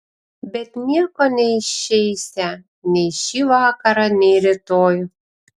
bet nieko neišeisią nei šį vakarą nei rytoj